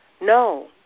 No